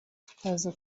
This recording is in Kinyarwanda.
tukaza